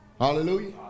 Hallelujah